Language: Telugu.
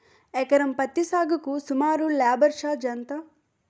ఎకరం పత్తి సాగుకు సుమారు లేబర్ ఛార్జ్ ఎంత?